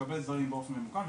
לקבל דברים באופן ממוכן,